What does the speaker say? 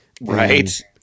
Right